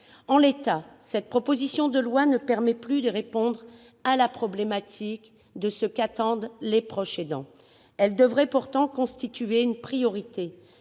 En l'état, cette proposition de loi ne permet plus de répondre aux attentes des proches aidants. Elle devrait pourtant constituer une priorité,